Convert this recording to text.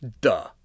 Duh